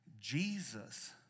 Jesus